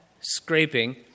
scraping